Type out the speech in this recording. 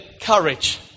courage